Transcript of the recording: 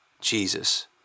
Jesus